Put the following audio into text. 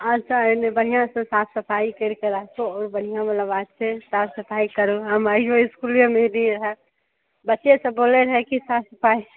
आओर सब एइमे बढ़िआँ से साफ सफाइ करिके राखू आओर बढ़िआँ बाला बात छै साफ सफाइ करू हम आइयो इसकुलेमे अइलियै हए बच्चे सब बोलै रहै कि साफ सफाइ